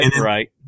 Right